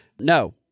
No